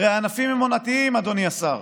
הרי הענפים הם עונתיים, אדוני השר,